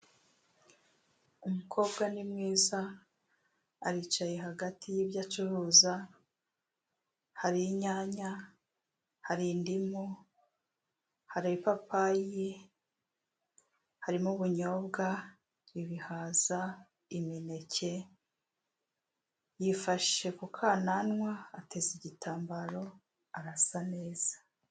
Umukobwa ni mwiza aricaye hagati y'ibyo acuruza hari inyanya, hari indimu, hari ipapayi, harimo ubunyobwa, ibihaza, imineke; yifashe kukananwa ateza igitambaro arasa neza.